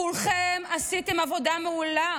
כולכם עשיתם עבודה מעולה